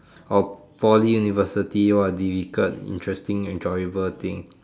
or Poly University or difficult interesting enjoyable thing